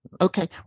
Okay